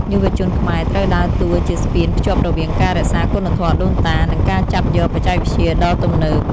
យុវជនខ្មែរត្រូវដើរតួជាស្ពានភ្ជាប់រវាងការរក្សាគុណធម៌ដូនតា និងការចាប់យកបច្ចេកវិទ្យាដ៏ទំនើប។